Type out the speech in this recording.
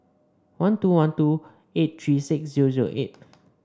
one two one two eight three six zero zero eight